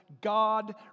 God